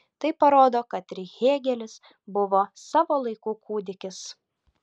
tai parodo kad ir hėgelis buvo savo laikų kūdikis